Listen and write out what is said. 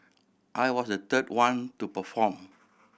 I was the third one to perform